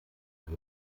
neue